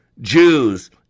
Jews